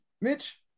Mitch